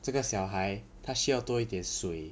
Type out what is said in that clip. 这个小孩他需要多一点水